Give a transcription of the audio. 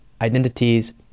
identities